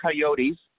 Coyotes